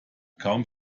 kaum